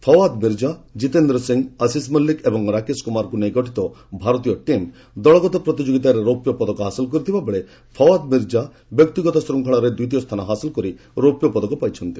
ଫୱାଦ ମୀର୍ଜା ଜିତେନ୍ଦ୍ର ସିଂ ଆଶିଷ ମଲ୍ଲିକ ଏବଂ ରାକେଶ କୁମାରଙ୍କୁ ନେଇ ଗଠିତ ଭାରତୀୟ ଟିମ୍ ଦଳଗତ ପ୍ରତିଯୋଗିତାରେ ରୌପ୍ୟ ପଦକ ହାସଲ କରିଥିବାବେଳେ ଫୱାଦ ମୀର୍ଜା ବ୍ୟକ୍ତିଗତ ଶୃଙ୍ଖଳାରେ ଦ୍ୱିତୀୟ ସ୍ଥାନ ହାସଲ କରି ରୌପ୍ୟପଦକ ପାଇଛନ୍ତି